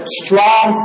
strong